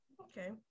Okay